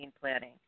planning